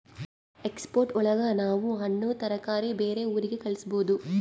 export ಒಳಗ ನಾವ್ ಹಣ್ಣು ತರಕಾರಿ ಬೇರೆ ಊರಿಗೆ ಕಳಸ್ಬೋದು